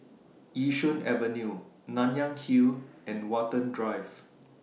Yishun Avenue Nanyang Hill and Watten Drive